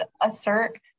assert